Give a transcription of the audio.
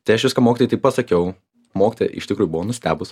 tai aš viską mokytojai taip pasakiau mokytoja iš tikrųjų buvo nustebus